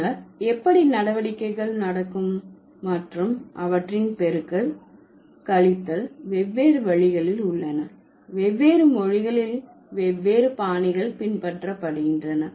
பின்னர் எப்படி நடவடிக்கைகள் நடக்கும் மற்றும் அவற்றின் பெருக்கல் கழித்தல் வெவ்வேறு வழிகளில் உள்ளன வெவ்வேறு மொழிகளில் வெவ்வேறு பாணிகள் பின்பற்றபடுகின்றன